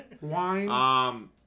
Wine